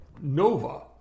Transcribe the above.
NOVA